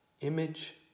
image